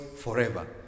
forever